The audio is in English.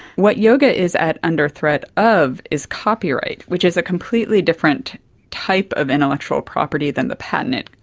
what yoga is at under threat of is copyright, which is a completely different type of intellectual property than the patent.